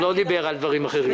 הוא לא דיבר על דברים אחרים.